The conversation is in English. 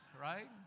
right